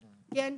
כן.